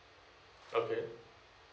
okay